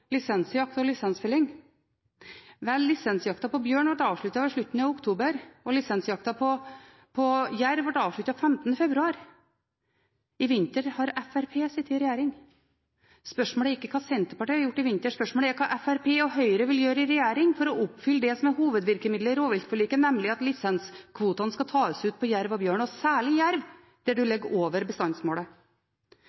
lisensjakt og lisensfelling. Vel, lisensjakta på bjørn ble avsluttet i slutten av oktober, og lisensjakta på jerv ble avsluttet 15. februar. I vinter har Fremskrittspartiet sittet i regjering. Spørsmålet er ikke hva Senterpartiet har gjort i vinter, spørsmålet er hva Fremskrittspartiet og Høyre vil gjøre i regjering for å oppfylle det som er hovedvirkemidlet i rovviltforliket, nemlig at lisenskvotene skal tas ut på jerv og bjørn – og særlig jerv, der